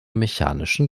mechanischen